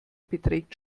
beträgt